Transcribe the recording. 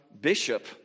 bishop